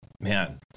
man